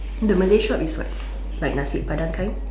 the Malay shop is what like nasi padang kind